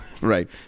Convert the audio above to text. right